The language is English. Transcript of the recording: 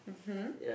mmhmm